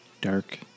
dark